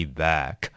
back